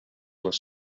les